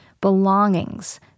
belongings